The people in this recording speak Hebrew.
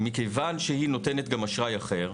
מכיוון שהיא נותנת גם אשראי אחר,